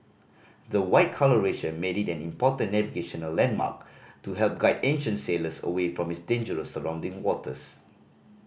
the white colouration made it an important navigational landmark to help guide ancient sailors away from its dangerous surrounding waters